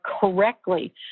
correctly